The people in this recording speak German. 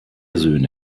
söhne